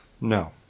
No